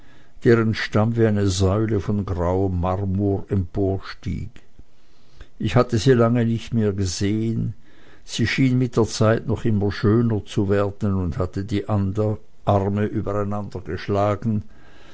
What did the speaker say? deren stamm wie eine säule von grauem marmor emporstieg ich hatte sie lange nicht mehr gesehen sie schien mit der zeit noch immer schöner zu werden und hatte die arme